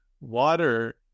water